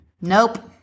nope